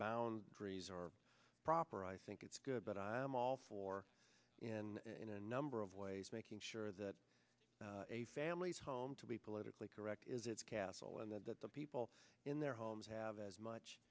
boundaries are proper i think it's good but i'm all for in in a number of ways making sure that a family's home to be politically correct is its castle and that the people in their homes have as much